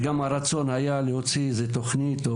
הרצון היה להוציא איזו תכנית,